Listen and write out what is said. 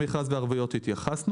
עסקים קטנים לא יכולים לזכות.